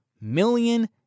million